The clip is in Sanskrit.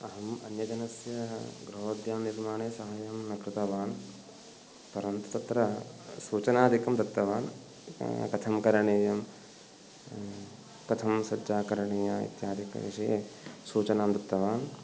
अहम् अन्यजनस्य गृहोद्यमनिर्माणे साहाय्यं न कृतवान् परन्तु तत्र सूचनादिकं दत्तवान् कथं करणीयं कथं सज्जा करणीया इत्यादिकविषये सूचनां दत्तवान्